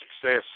success